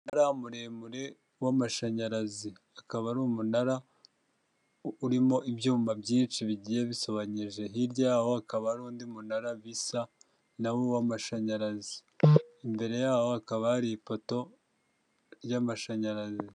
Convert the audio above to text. Umunara muremure w'amashanyarazi, akaba ari umunara urimo ibyuma byinshi bigiye bisobanyije hirya yaho hakaba hari undi munara bisa nawo w'amashanyarazi imbere yaho hakaba hari ipoto ry'amashanyarazi.